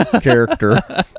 character